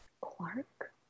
Clark